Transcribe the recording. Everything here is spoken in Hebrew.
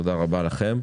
תודה רבה לכם.